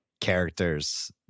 characters